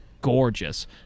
gorgeous